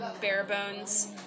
bare-bones